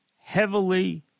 heavily